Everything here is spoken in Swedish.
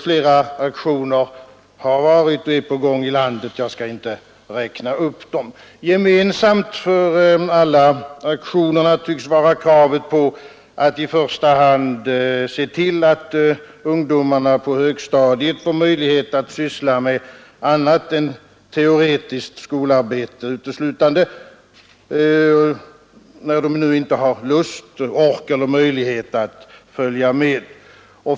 Flera aktioner har varit och är på gång i landet. Jag skall inte räkna upp dem. Gemensamt för alla aktioner tycks vara kravet på att man i första hand skall se till, att ungdomarna på högstadiet får tillfälle att syssla med annat än uteslutande teoretiskt skolarbete, när de nu inte har lust, ork eller möjlighet att följa med.